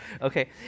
okay